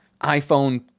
iphone